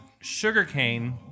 sugarcane